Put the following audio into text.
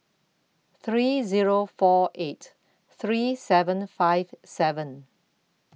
three Zero four eight three seven five seven